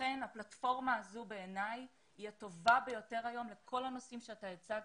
לכן הפלטפורמה זו בעיני היא הטובה ביותר היום לכל הנושאים שאתה הצגת,